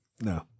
No